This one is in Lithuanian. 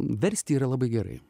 versti yra labai gerai